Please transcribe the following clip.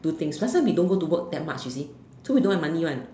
do things last time we don't go to work that much you see so we don't have money one